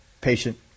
patient